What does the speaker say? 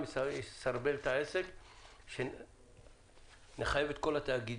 יסרבל את העסק שנחייב את כל התאגידים.